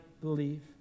believe